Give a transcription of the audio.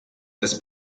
des